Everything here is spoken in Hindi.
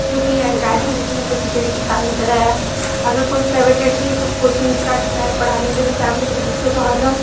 उनकी हैंडराइटिंग दिखने पर खिचड़ी कि टांग तरह है अगर कोई प्राइवेट लड़की कोचिंग इस्टार्ट कराए पढ़ाने के लिए तो प्राइमेरी कि वालों बच्चों का हरदम